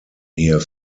hier